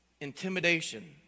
intimidation